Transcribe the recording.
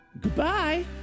Goodbye